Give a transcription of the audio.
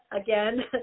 again